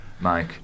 mike